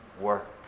work